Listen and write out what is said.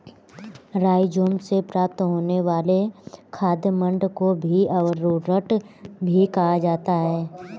rhizome से प्राप्त होने वाले खाद्य मंड को भी अरारोट ही कहा जाता है